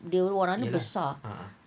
dia orang dia besar